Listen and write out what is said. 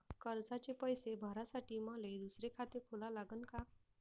कर्जाचे पैसे भरासाठी मले दुसरे खाते खोला लागन का?